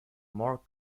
more